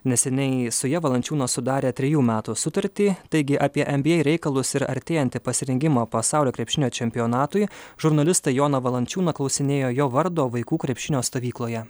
neseniai su ja valančiūnas sudarė trejų metų sutartį taigi apie nba reikalus ir artėjantį pasirengimą pasaulio krepšinio čempionatui žurnalistai joną valančiūną klausinėjo jo vardo vaikų krepšinio stovykloje